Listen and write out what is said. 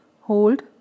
hold